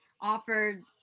offered